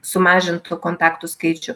sumažintų kontaktų skaičių